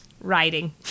writing